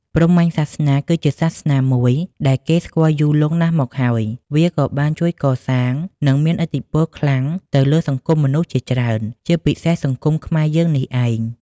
ព្រហ្មញ្ញសាសនា គឺសាសនាមួយដែលគេស្គាល់យូរលង់ណាស់មកហើយ វាក៏បានជួយកសាង និងមានឥទ្ធិពលខ្លាំងទៅលើសង្គមមនុស្សជាច្រើន ជាពិសេស សង្គមខ្មែរ យើងនេះឯង។